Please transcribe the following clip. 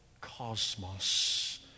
cosmos